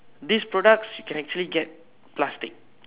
these products you can actually get plastic